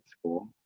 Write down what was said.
school